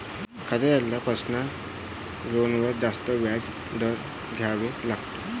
खातेदाराला पर्सनल लोनवर जास्त व्याज दर द्यावा लागतो